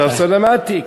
סוף-סוף למדתי.